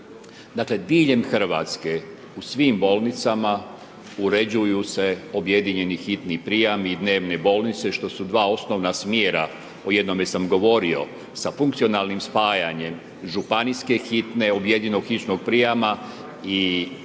Dakle diljem Hrvatske u svim bolnicama uređuju se objedinjeni hitni prijemi i dnevne bolnice, što su dva osnovna smjera, o jednome sam govorio, sa funkcionalnim spajanjem županijske hitne …/Govornik se ne razumije./… hitnog